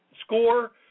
score